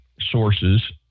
sources